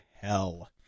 hell